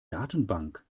datenbank